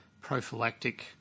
prophylactic